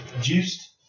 juiced